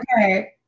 Okay